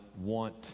want